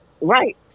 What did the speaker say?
right